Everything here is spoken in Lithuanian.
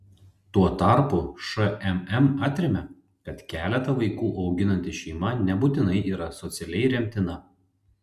tuo tarpu šmm atremia kad keletą vaikų auginanti šeima nebūtinai yra socialiai remtina